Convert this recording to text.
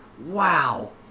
wow